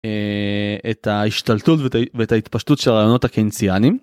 את ההשתלטות ואת ההתפשטות של הרעיונות הקנציאנים.